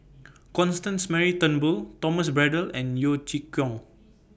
Constance Mary Turnbull Thomas Braddell and Yeo Chee Kiong